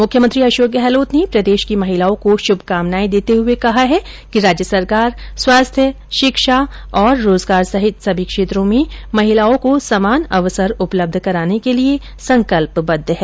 मुख्यमंत्री अशोक गहलोत ने प्रदेश की महिलाओं को शुभकामनाएं देर्ते हुए कहा है कि राज्य सरकार स्वास्थ्य शिक्षा रोजगार सहित सभी क्षेत्रों में महिलाओं को समान अवसर उपलब्ध कराने के लिए संकल्पबद्ध है